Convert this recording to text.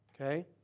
Okay